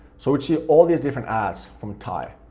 so we'd see all these different ads from tai.